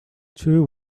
two